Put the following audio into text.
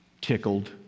tickled